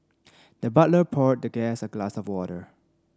the butler poured the guest a glass of water